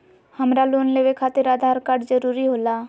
हमरा लोन लेवे खातिर आधार कार्ड जरूरी होला?